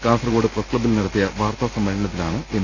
കാസർകോട് പ്രസ്ക്ലബ്ബിൽ നടത്തിയ വാർത്താസമ്മേളനത്തിലാണ് എം